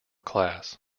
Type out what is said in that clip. class